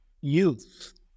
youth